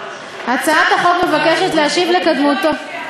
הצעת החוק מבקשת להשיב לקדמותו, זה לא השפיע,